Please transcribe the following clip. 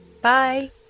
Bye